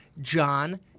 John